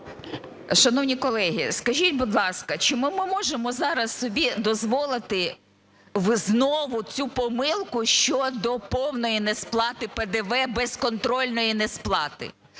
Шановні колеги, скажіть, будь ласка, чи ми можемо зараз собі дозволити знову цю помилку щодо повної несплати ПДВ безконтрольної несплати?